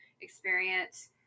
experience